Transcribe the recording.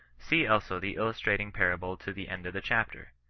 see also the illustrating parable to the end of the chapter.